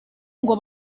ngo